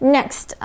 Next